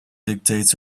dictates